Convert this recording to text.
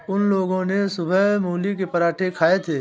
उन लोगो ने सुबह मूली के पराठे खाए थे